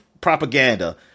propaganda